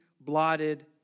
blotted